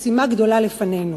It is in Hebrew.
משימה גדולה לפנינו.